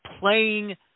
playing